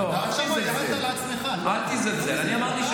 אל תזלזל, אתה אמרת.